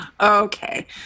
Okay